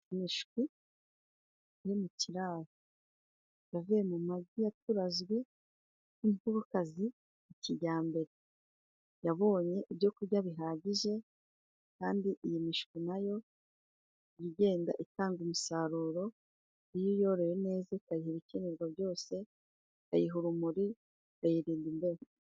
Imishwi iri mu kirararo, yavuye mu magi ya -turazwe n'inkokokazi ya kijyambere. Yabonye ibyo kurya bihagije kandi iyi mishwi nayo, iba igenda itanga umusaruro iyo uyoroye neza, ikarya ibikenerwa byose, ukayiha urumuri, ukayirinda imbeho.